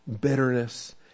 bitterness